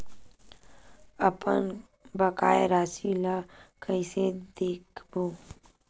अपन बकाया राशि ला कइसे देखबो?